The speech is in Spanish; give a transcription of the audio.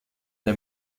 the